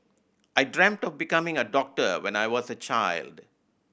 I dreamt of becoming a doctor when I was a child